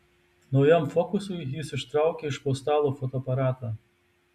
naujam fokusui jis ištraukė iš po stalo fotoaparatą